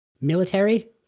military